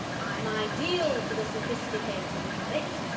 i'm ideal for the sophisticated palate.